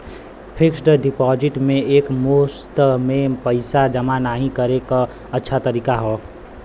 fixed deposit में एक मुश्त में पइसा जमा नाहीं करे क अच्छा तरीका हौ